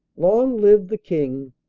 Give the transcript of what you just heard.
long live the king!